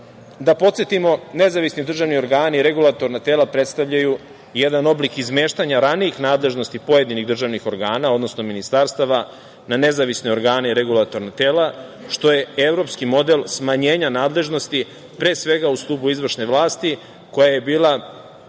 da podsetimo, nezavisni državni organi i regulatorna tela predstavljaju jedan oblik izmeštanja ranijih nadležnosti pojedinih državnih organa, odnosno ministarstava na nezavisne organe i regulatorna tela, što je evropski model smanjenja nadležnosti pre svega u stubu izvršne vlasti, koja je bila